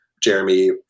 Jeremy